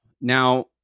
Now